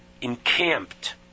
encamped